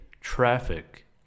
traffic